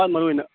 ꯈ꯭ꯋꯥꯏ ꯃꯔꯨ ꯑꯣꯏꯅ